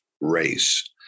race